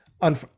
on